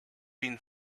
been